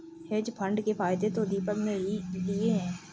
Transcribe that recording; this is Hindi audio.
हेज फंड के फायदे तो दीपक ने ही लिए है